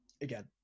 again